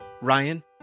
Ryan